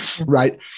right